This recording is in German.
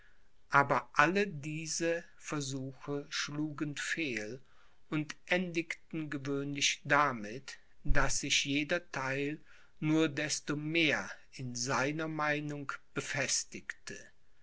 aber alle diese versuche schlugen fehl und endigten gewöhnlich damit daß sich jeder theil nur desto mehr in seiner meinung befestigte